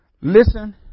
listen